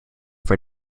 for